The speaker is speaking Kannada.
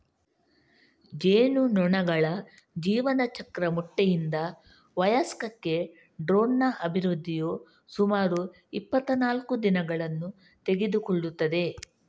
ಜೇನುನೊಣಗಳ ಜೀವನಚಕ್ರ ಮೊಟ್ಟೆಯಿಂದ ವಯಸ್ಕಕ್ಕೆ ಡ್ರೋನ್ನ ಅಭಿವೃದ್ಧಿಯು ಸುಮಾರು ಇಪ್ಪತ್ತನಾಲ್ಕು ದಿನಗಳನ್ನು ತೆಗೆದುಕೊಳ್ಳುತ್ತದೆ